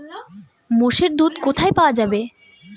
মোষের দুধ কোথায় পাওয়া যাবে?